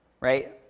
Right